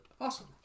awesome